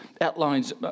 outlines